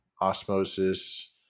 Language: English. Osmosis